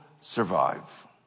survive